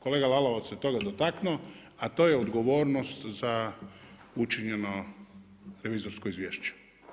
Kolega Lalovac se toga dotaknuo, a to je odgovornost za učinjeno revizorsko izvješće.